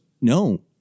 no